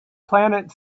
planet